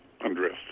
undressed